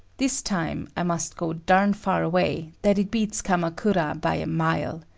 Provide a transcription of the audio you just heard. this time i must go darn far away, that it beats kamakura by a mile.